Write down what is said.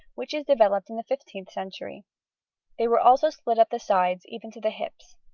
which is developed in the fifteenth century they were also split up the sides, even to the hips.